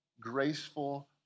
graceful